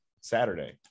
Saturday